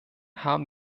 haben